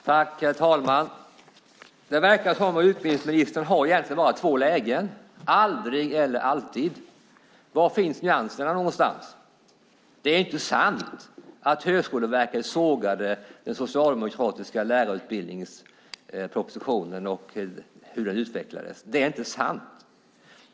Herr talman! Det verkar som att utbildningsministern bara har två lägen: aldrig eller alltid. Var finns nyanserna? Det är inte sant att Högskoleverket sågade den socialdemokratiska lärarutbildningspropositionen och hur den utvecklades. Det är inte sant.